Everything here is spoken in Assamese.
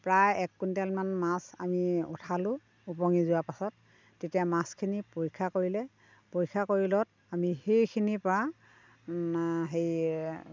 প্ৰায় এক কুইণ্টেলমান মাছ আমি উঠালোঁ উপঙি যোৱা পাছত যেতিয়া মাছখিনি পৰীক্ষা কৰিলে পৰীক্ষা কৰিলত আমি সেইখিনি পৰা হেৰি